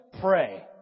pray